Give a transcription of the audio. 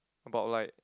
about like